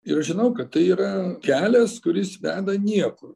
ir aš žinau kad tai yra kelias kuris veda niekur